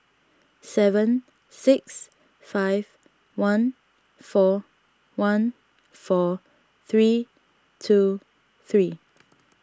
seven six five one four one four three two three